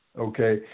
Okay